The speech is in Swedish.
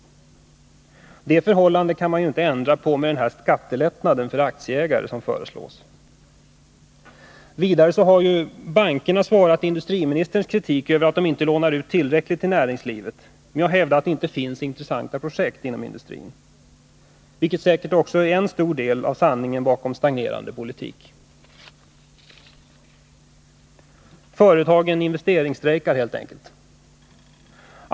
Det förhållandet kan man inte ändra på med den lättnad för aktieägare som nu föreslås. Vidare har bankerna svarat på industriministerns kritik över att de inte lånar ut tillräckligt till näringslivet med att hävda att det inte finns intressanta projekt inom industrin att satsa på. Det är säkert också en stor del av sanningen bakom en stagnerande politik. Företagen investeringsstrejkar helt enkelt.